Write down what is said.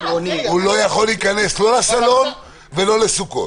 הוא לא יכול להיכנס, לא לסלון ולא לסוכות.